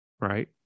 right